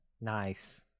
Nice